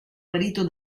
marito